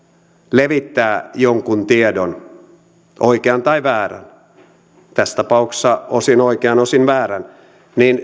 levittää jonkin tiedon oikean tai väärän tässä tapauksessa osin oikean osin väärän niin